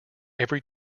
every